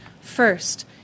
First